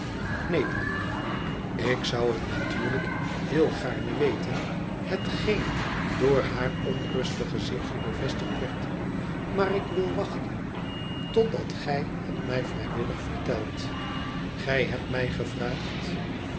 tneen john lief ik zou het natuurlijk heel gaarne weten hetgeen door haar onrustig gezichtje bevestigd werd tmaarik wil wachten totdat gij het mij vrijwillig vertelt gij hebt mij gevraagd